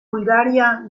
bulgaria